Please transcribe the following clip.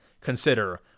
consider